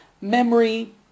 memory